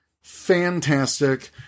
fantastic